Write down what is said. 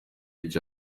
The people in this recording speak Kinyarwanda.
gake